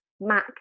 Mac